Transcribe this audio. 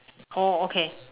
oh okay